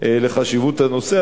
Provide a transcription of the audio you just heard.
לחשיבות הנושא.